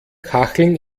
kacheln